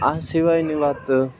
આ સિવાયની વાત